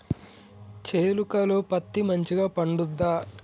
చేలుక లో పత్తి మంచిగా పండుద్దా?